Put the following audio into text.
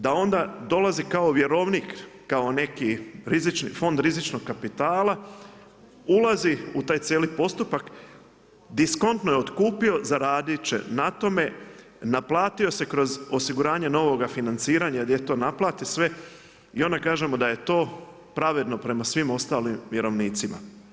Da onda dolazi kao vjerovnik, kao neki fond rizičnog kapitala, ulazi u taj cijeli postupak, diskontno je otkupio, zaraditi će na tome, naplatio se kroz osiguranje novoga financiranja, jer je to naplati sve i onda kažemo da je to sve pravedno prema svim ostalim vjerovnicima.